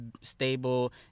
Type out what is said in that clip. stable